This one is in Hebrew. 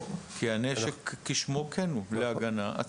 כי הנשק, כשמו כן הוא, להגנה עצמית.